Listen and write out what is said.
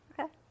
Okay